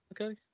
Okay